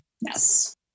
Yes